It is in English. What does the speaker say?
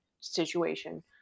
situation